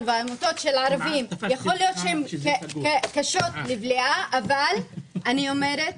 ועמותות של הערבים קשות לבליעה אבל אני אומרת